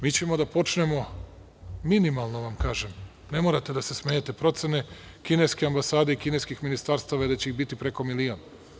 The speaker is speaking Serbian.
Mi ćemo da počnemo, minimalno vam kažem, ne morate da se smejete, procene kineske ambasade i kineskih ministarstava da će ih biti preko milion.